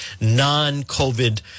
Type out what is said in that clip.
non-COVID